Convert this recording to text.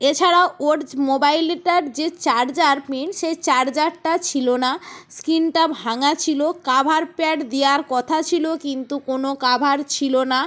এছাড়াও ওর মোবাইলটার যে চার্জার পিন সেই চার্জারটা ছিল না স্ক্রীনটা ভাঙা ছিল কভার প্যাড দেওয়ার কথা ছিল কিন্তু কোনও কভার ছিল না